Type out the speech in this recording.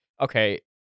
okay